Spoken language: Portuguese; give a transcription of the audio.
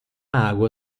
água